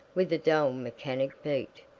with a dull mechanic beat,